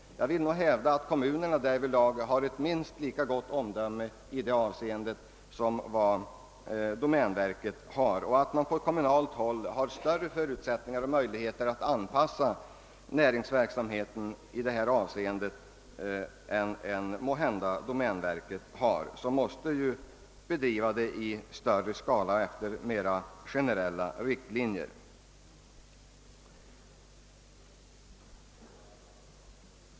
Jag vill hävda att kommunerna därvidlag bör ha ett lika gott omdöme som domänverket. Man bör också på kommunalt håll ha större förutsättningar att anpassa näringsverksamheten till rådande förhållanden än vad domänverket måhända har, som måste bedriva sitt arbete i större skala och efter mera generella riktlinjer.